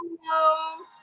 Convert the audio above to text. hello